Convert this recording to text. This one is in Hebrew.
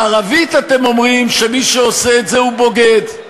בערבית אתם אומרים שמי שעושה את זה הוא בוגד,